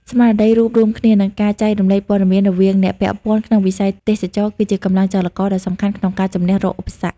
ស្មារតីរួបរួមគ្នា និងការចែករំលែកព័ត៌មានរវាងអ្នកពាក់ព័ន្ធក្នុងវិស័យទេសចរណ៍ គឺជាកម្លាំងចលករដ៏សំខាន់ក្នុងការជំនះរាល់ឧបសគ្គ។